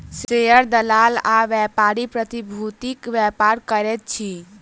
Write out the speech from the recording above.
share दलाल आ व्यापारी प्रतिभूतिक व्यापार करैत अछि